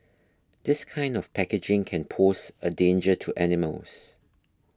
this kind of packaging can pose a danger to animals